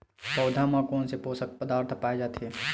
पौधा मा कोन से पोषक पदार्थ पाए जाथे?